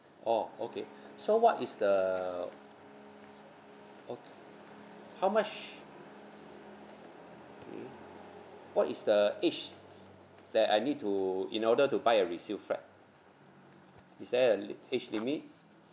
oh okay so what is the okay how much okay what is the age that I need to in order to buy a resale flat is there a li~ age limit